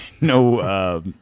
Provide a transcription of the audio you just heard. no